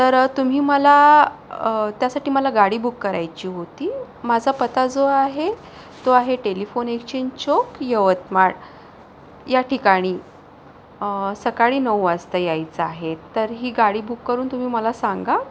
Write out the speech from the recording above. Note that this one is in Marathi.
तर तुम्ही मला त्यासाठी मला गाडी बुक करायची होती माझा पत्ता जो आहे तो आहे टेलिफोन एक्स्चेंज चौक यवतमाळ याठिकाणी सकाळी नऊ वाजता यायचं आहे तर ही गाडी बुक करून तुम्ही मला सांगा